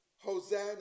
Hosanna